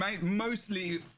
mostly